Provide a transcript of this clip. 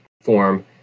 form